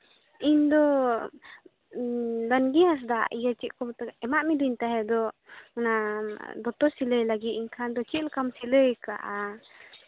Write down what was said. ᱤᱧᱫᱚ ᱫᱟᱱᱜᱤ ᱦᱟᱸᱥᱫᱟ ᱤᱭᱟᱹ ᱪᱮᱫ ᱠᱚ ᱢᱮᱛᱟᱜ ᱮᱢᱟᱜ ᱢᱮᱫᱳᱧ ᱛᱟᱦᱮᱸ ᱫᱚ ᱚᱱᱟ ᱫᱚᱛᱚ ᱥᱤᱞᱟᱹᱭ ᱞᱟᱹᱜᱤᱫ ᱤᱧ ᱮᱱᱠᱷᱟᱱ ᱫᱚ ᱪᱮᱫ ᱞᱮᱠᱟᱢ ᱥᱤᱞᱟᱹᱭ ᱟᱠᱟᱫᱼᱟ